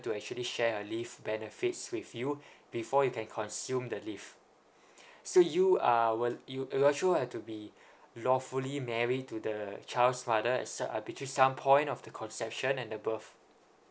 to actually share her leave benefits with you before you can consume the leave so you are were you actual have to be lawfully married to the child's mother at some uh between some point of the conception and above